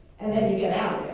and then you get out